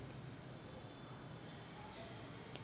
Paytm UPI कायले म्हनते?